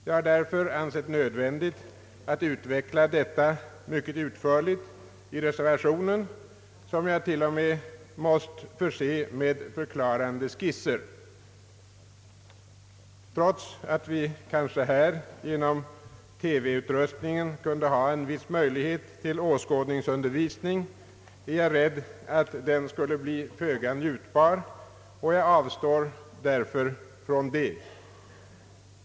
Jag har därför ansett det nödvändigt att utveckla detta mycket utförligt i reservationen, som jag till och med måst förse med förklarande skisser. Trots att vi här genom TV-utrustningen kanske kunde ha en viss möjlighet till åskådningsundervisning, är jag rädd att den skulle bli föga njutbar, och jag avstår därför från en sådan.